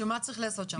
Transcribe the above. שמה צריך לעשות שם?